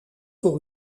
pour